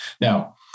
Now